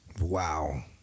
Wow